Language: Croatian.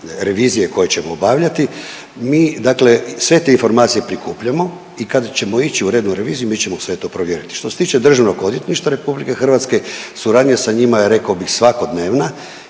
revizije koje ćemo obavljati. Mi dakle sve te informacije prikupljamo i kada ćemo ići redovnu reviziju mi ćemo sve to provjeriti. Što se tiče Državnog odvjetništva RH suradnja sa njima je rekao bih svakodnevna